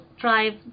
drive